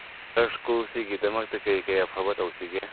ꯁꯥꯔ ꯁ꯭ꯀꯨꯜꯁꯤꯒꯤꯗꯃꯛꯇ ꯀꯩꯀꯩ ꯑꯐꯕ ꯇꯧꯁꯤꯒꯦ